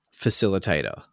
facilitator